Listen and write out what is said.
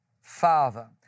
Father